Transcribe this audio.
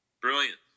Brilliant